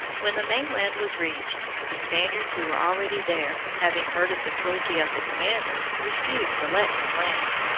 when the mainland was reached, the spaniards who were already there, having heard of the cruelty of the commander, refused to let him land.